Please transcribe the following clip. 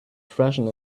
freshen